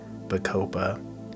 bacopa